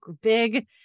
big